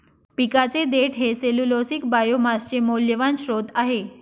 पिकाचे देठ हे सेल्यूलोसिक बायोमासचे मौल्यवान स्त्रोत आहे